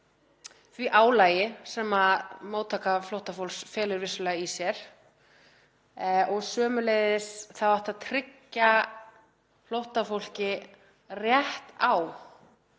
því álagi sem móttaka flóttafólks felur vissulega í sér. Sömuleiðis átti að tryggja flóttafólki rétt á